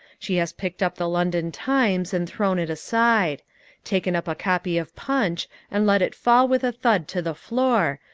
she has picked up the london times and thrown it aside taken up a copy of punch and let it fall with a thud to the floor,